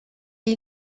est